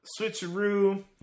switcheroo